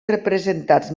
representants